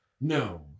No